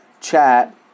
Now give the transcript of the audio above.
chat